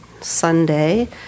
Sunday